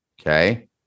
Okay